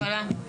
זאת תקלה.